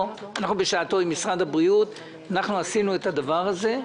עם משרד הבריאות עשינו את הדבר הזה.